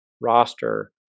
roster